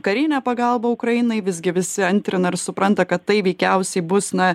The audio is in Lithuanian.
karinę pagalbą ukrainai visgi visi antrina ir supranta kad tai veikiausiai bus na